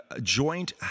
joint